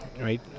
right